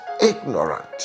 ignorant